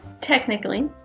Technically